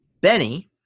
Benny